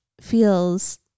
feels